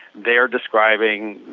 they are describing,